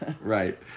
right